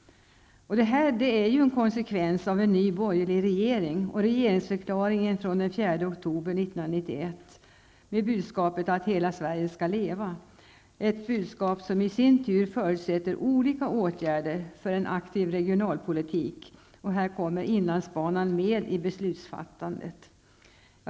Det är en konsekvens av att vi har fått en ny borgerlig regering och regeringsförklaringen från den 4 oktober 1991, med budskapet att hela Sverige skall leva, ett budskap som i sin tur förutsätter olika åtgärder för en aktiv regionalpolitik. Här kommer inlandsbanan med i beslutsfattandet.